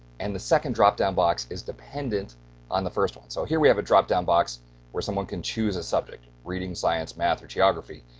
and the second drop-down box is dependent on the first one? so here we have a drop-down box where someone can choose a subject reading, science, math, or geography.